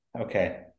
okay